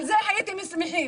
על זה הייתם שמחים.